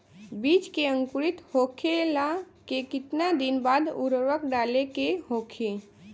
बिज के अंकुरित होखेला के कितना दिन बाद उर्वरक डाले के होखि?